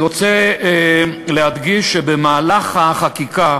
אני רוצה להדגיש שבמהלך החקיקה